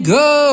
go